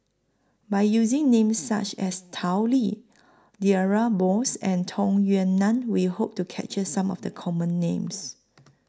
By using Names such as Tao Li Deirdre Moss and Tung Yue Nang We Hope to capture Some of The Common Names